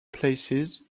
places